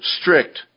strict